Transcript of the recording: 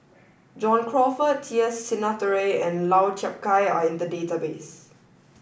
john Crawfurd T S Sinnathuray and Lau Chiap Khai are in the database